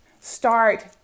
Start